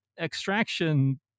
extraction